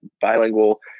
bilingual